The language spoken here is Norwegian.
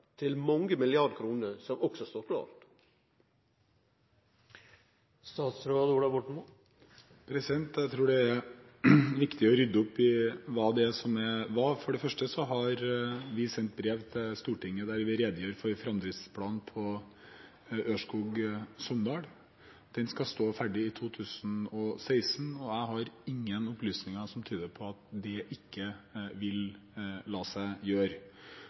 til mange milliardar kroner, som også står klart? Jeg tror det er viktig å rydde opp i hva som er hva. For det første har vi sendt brev til Stortinget der vi redegjør for framdriftsplanen for Ørskog–Sogndal. Den skal stå ferdig i 2016, og jeg har ingen opplysninger som tyder på at det ikke vil la seg gjøre.